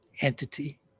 entity